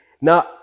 Now